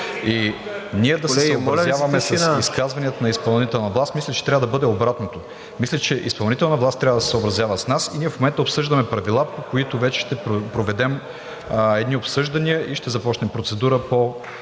И да се съобразяваме с изказванията на изпълнителната власт – мисля, че трябва да бъде обратното. Мисля, че изпълнителната власт трябва да се съобразява с нас и ние в момента обсъждаме правила, по които вече ще проведем едни обсъждания и ще започнем процедура…